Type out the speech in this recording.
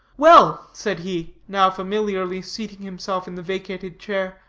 well said he, now familiarly seating himself in the vacated chair,